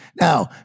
Now